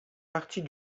partie